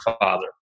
father